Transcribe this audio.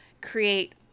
create